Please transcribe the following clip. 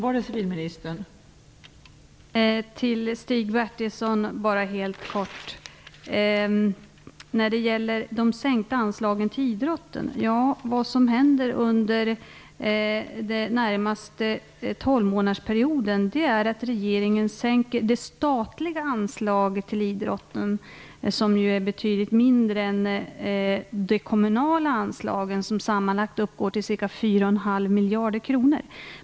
Fru talman! Vad som händer under den närmaste tolvmånadersperioden, Stig Bertilsson, är att regeringen sänker de statliga anslagen till idrotten, som ju är betydligt mindre än de kommunala anslagen, som sammanlagt uppgår till ca 4,5 miljarder kronor.